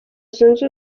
zunze